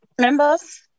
members